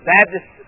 Baptist